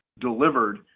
delivered